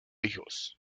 hijos